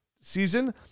season